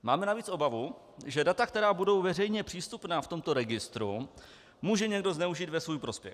Máme navíc obavu, že data, která budou veřejně přístupná v tomto registru, může někdo zneužít ve svůj prospěch.